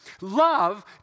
Love